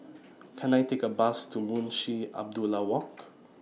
Can I Take A Bus to Munshi Abdullah Walk